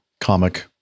comic